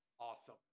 awesome